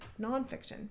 nonfiction